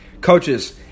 Coaches